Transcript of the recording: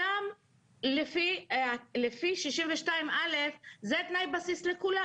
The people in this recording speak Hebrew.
לפי 62א זה תנאי בסיס לכולם,